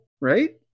right